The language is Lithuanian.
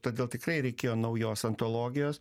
todėl tikrai reikėjo naujos antologijos